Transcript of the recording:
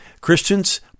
Christians